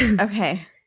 Okay